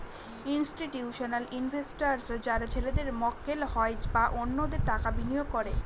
institutional investors যারা ছেলেদের মক্কেল হয় বা অন্যদের টাকা বিনিয়োগ করে